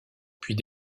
puis